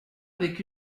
avec